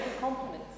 compliments